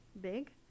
big